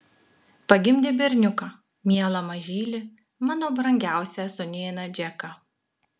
pagimdė berniuką mielą mažylį mano brangiausią sūnėną džeką